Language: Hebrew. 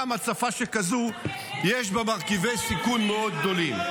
גם הצפה שכזאת יש בה מרכיבי סיכון מאוד גדולים.